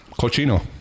Cochino